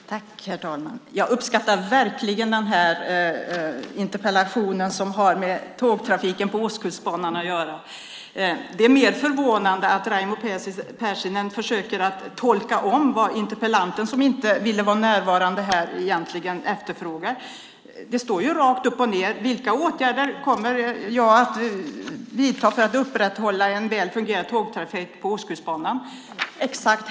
Herr talman! Jag uppskattar verkligen interpellationen, som har med tågtrafiken på Ostkustbanan att göra. Men det är förvånande att Raimo Pärssinen försöker tolka om vad interpellanten, som inte ville vara närvarande här, egentligen efterfrågar. Det står rakt upp och ned i interpellationen: "Jag vill därför fråga statsrådet vilka åtgärder hon kommer att vidta för att det upprätthålls en väl fungerande tågtrafik på Ostkustbanan."